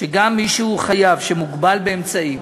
שגם מי שהוא חייב שמוגבל באמצעים,